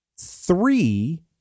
three